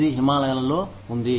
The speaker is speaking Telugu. ఇది హిమాలయాలలో ఉంది